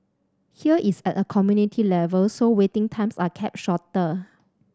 here it's at a community level so waiting times are kept shorter